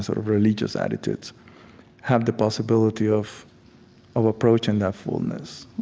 sort of religious attitudes have the possibility of of approaching that fullness